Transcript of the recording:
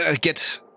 get